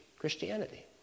Christianity